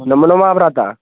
नमोनमः भ्रातः